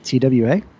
TWA